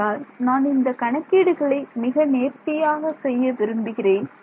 ஆகையால் நான் இந்த கணக்கீடுகளை மிக நேர்த்தியாக செய்ய விரும்புகிறேன்